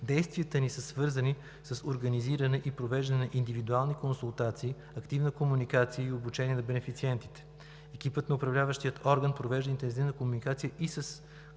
Действията ни са свързани с организиране и провеждане на индивидуални консултации, активна комуникация и обучение на бенефициентите. Екипът на Управляващия орган провежда интензивна комуникация и с